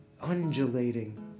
undulating